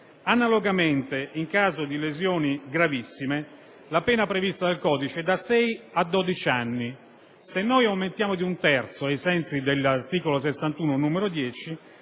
Analogamente, in caso di lesioni gravissime, la pena prevista dal codice penale è da sei a dodici anni. Se noi aumentiamo di un terzo, ai sensi dell'articolo 61, n. 10,